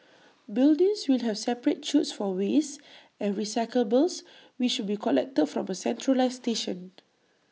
buildings will have separate chutes for waste and recyclables which be collected from A centralised station